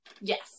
yes